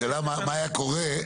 השאלה מה היה קורה,